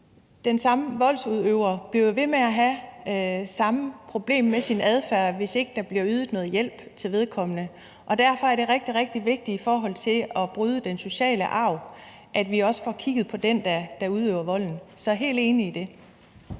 Den samme voldsudøver bliver jo ved med at have samme problem med sin adfærd, hvis ikke der bliver ydet noget hjælp til vedkommende. Derfor er det rigtig, rigtig vigtigt i forhold til at bryde den sociale arv, at vi også får kigget på den, der udøver volden. Så jeg er helt enig i det.